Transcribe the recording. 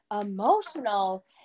emotional